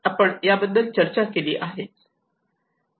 आपण त्याबद्दल चर्चा केली आहे